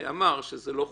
ואמר שזה לא חוקתי,